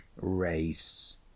race